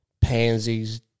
pansies